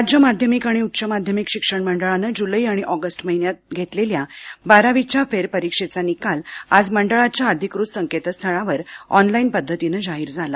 राज्य माध्यमिक आणि उच्च माध्यमिक शिक्षण मंडळानं जुलै आणि ऑगस्ट महिन्यात घेतलेल्या बारावीच्या फेरपरीक्षेचा निकाल आज मंडळाच्या अधिकृत संकेतस्थळावर ऑनलाईन पद्धतीने जाहीर झाला